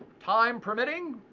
time permitting,